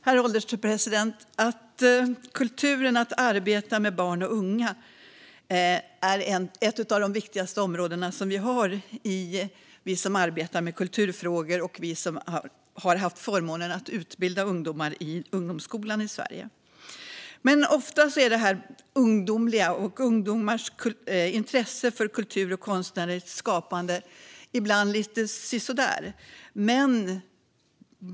Herr ålderspresident! Kulturen för barn och unga är ett av de viktigaste områdena som vi som arbetar med kulturfrågor har. Det gäller också för oss som har haft förmånen att utbilda ungdomar i ungdomsskolan i Sverige. Ungas och ungdomars intresse för kultur och konstnärligt skapande är ibland lite sisådär.